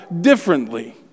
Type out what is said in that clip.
differently